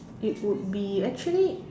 it would be actually